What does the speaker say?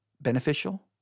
beneficial